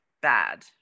bad